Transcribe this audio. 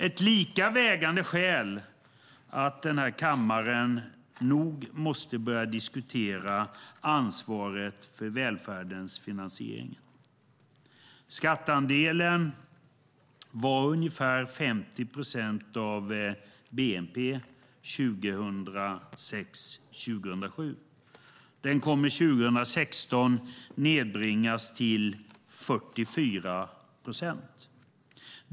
Ett lika vägande skäl till att den här kammaren nog måste börja diskutera ansvaret för välfärdens finansiering är skatteandelen som var ungefär 50 procent av bnp 2006-2007 och som 2016 kommer att nedbringas till 44 procent.